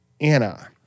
Anna